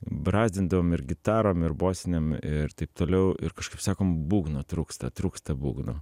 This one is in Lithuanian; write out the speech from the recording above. brazdindavom ir gitarom ir bosinėm ir taip toliau ir kažkaip sakom būgno trūksta trūksta būgnų